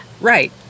Right